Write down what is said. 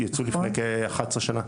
זה היה לפני 11 שנה.